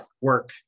work